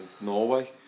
Norway